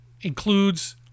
includes